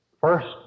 first